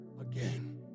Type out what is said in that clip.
again